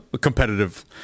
competitive